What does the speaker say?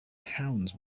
pounds